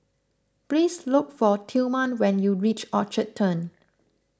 please look for Tillman when you reach Orchard Turn